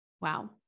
Wow